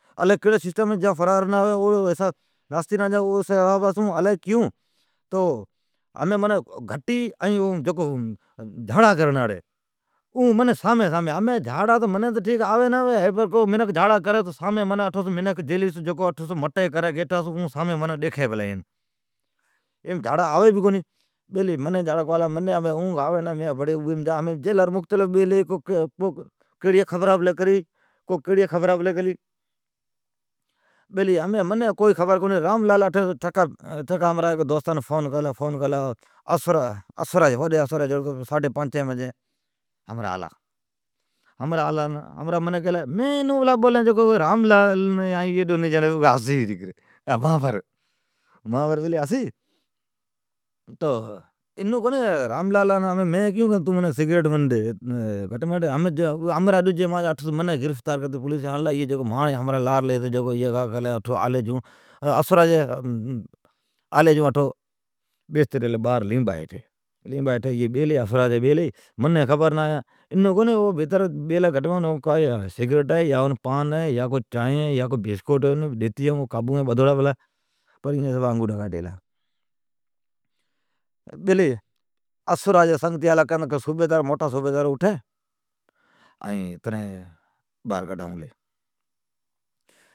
جان ناستی نا جا الی کیون، منین تو جھاڑا کونی آلا برھال جکو منکین آوی ڈیکھی پلین۔ منین اونگ آوی نا ،جیلر بیلی ھی کو کیڑیا خبرا پلی کری کو کیڑیا خبرا پلی کری۔ راملالی ٹکا کرلی ڈجی دوستان فون اسرا جی پانچی بجی ایی آلی۔ مین اوانس پلا بولین ائی ڈو جیڑین مان بر پلی ھسی۔ ھمین مین راملالان کیون کین مانجیلی سگریٹ گیتیا۔ پولیسیی منین ناکھلا جیلیم، مان بھڑی جکو ھمراھ آلی ھتی اوی کا لی کری باھر بیستی ریلی لیبان ھیٹھی۔ ایون کونی اون بھیتر کو سگریٹ ہے کو چانھ ہے کو بسکیٹ ہے اون ڈیتی آئون اوبھیتر کابھون ہے بھیتر بدھوڑا پلا ہے۔ اسرا جی ھمراھ الا کی موٹا صوبیدار اوٹھی تنین باھر کاڈھون لی۔